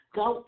go